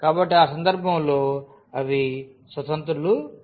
కాబట్టి ఆ సందర్భంలో అవి స్వతంత్రులు కాదు